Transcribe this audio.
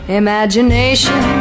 imagination